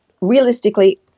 Realistically